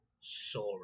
sorry